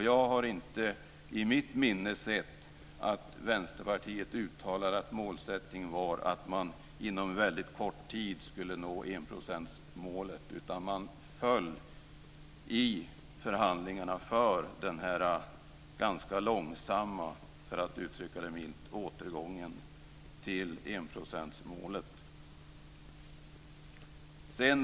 Jag har inte i mitt minne sett att Vänsterpartiet uttalat att målet var att inom en väldigt kort tid nå enprocentsmålet, utan man föll i förhandlingarna för den här ganska långsamma, för att uttrycka det milt, återgången till enprocentsmålet.